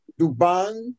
duban